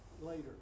later